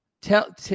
tell